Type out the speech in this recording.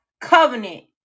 covenant